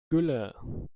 gülle